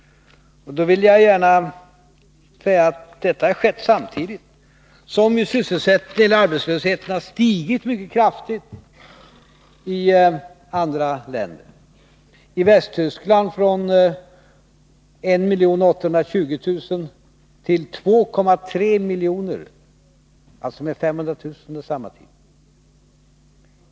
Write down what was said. Då vill jag gärna säga att denna minskning har skett samtidigt som arbetslösheten har stigit mycket kraftigt i andra länder. I Västtyskland har arbetslösheten stigit från 1 820 000 till 2,3 miljoner, alltså med 500 000, under samma tid.